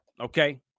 okay